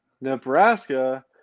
Nebraska